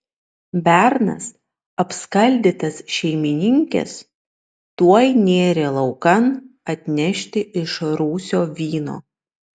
bernas apskaldytas šeimininkės tuoj nėrė laukan atnešti iš rūsio vyno